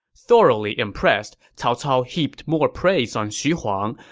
thoroughly impressed, cao cao heaped more praise on xu huang,